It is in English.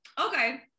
okay